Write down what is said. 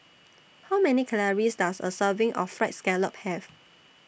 How Many Calories Does A Serving of Fried Scallop Have